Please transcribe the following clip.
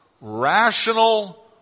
rational